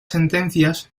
sentencias